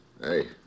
Hey